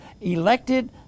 elected